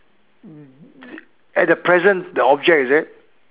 at the present the object is it